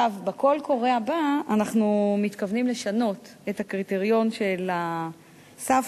בקול קורא הבא אנחנו מתכוונים לשנות את הקריטריון של הסף